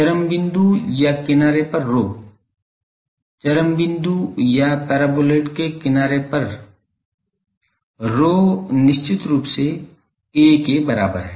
चरम बिंदु या किनारे पर ρ चरम बिंदु या परबोलॉइड के किनारे पर ρ निश्चित रूप से a के बराबर है